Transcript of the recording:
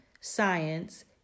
science